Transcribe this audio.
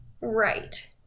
right